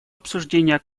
обсуждение